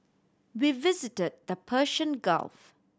we visited the Persian Gulf